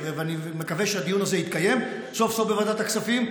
ואני מקווה שהדיון הזה יתקיים סוף-סוף בוועדת הכספים,